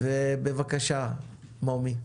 בבקשה מומי.